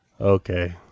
okay